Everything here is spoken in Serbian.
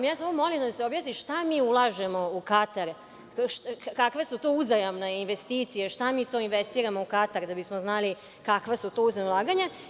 Samo molim da mi se objasni šta mi ulažemo u Katar, kakve su to uzajamne investicije, šta mi to investiramo u Katar, da bismo znali kakva su to uzajamna ulaganja.